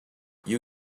you